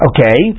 Okay